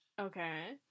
Okay